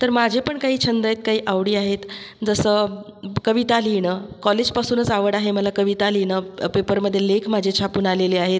तर माझे पण काही छंद आहेत काही आवडी आहेत जसं कविता लिहिणं कॉलेजपासूनच आवड आहे मला कविता लिहिणं पेपरमध्ये लेख माझे छापून आलेले आहेत